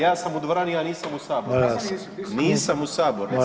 Ja sam u dvorani, ja nisam u Saboru. … [[Upadica se ne razumije.]] Nisam u sabornici.